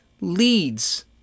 leads